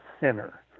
center